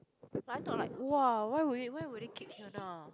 I thought like !wah! why would it why would it kick hyuna